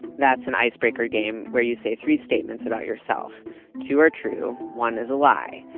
that's an icebreaker game where you say three statements about yourself two are true, one is a lie.